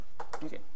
Okay